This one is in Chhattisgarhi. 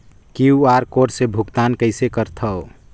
क्यू.आर कोड से भुगतान कइसे करथव?